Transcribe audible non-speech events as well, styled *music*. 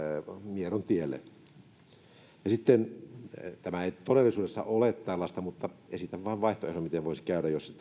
mierontielle tämä ei todellisuudessa ole tällaista mutta esitän vain vaihtoehdon miten voisi käydä jos *unintelligible*